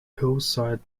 hillside